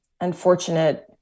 unfortunate